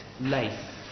life